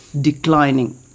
declining